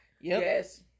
Yes